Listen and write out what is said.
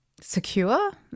secure